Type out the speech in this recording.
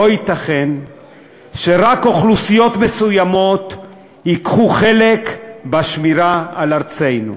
לא ייתכן שרק אוכלוסיות מסוימות ייקחו חלק בשמירה על ארצנו.